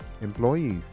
employees